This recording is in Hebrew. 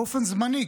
באופן זמני,